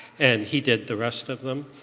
and he did the rest of them.